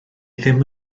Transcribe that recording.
ddim